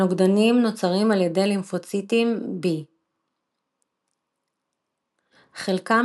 הנוגדנים נוצרים על ידי לימפוציטים B. חלקם